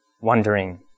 wondering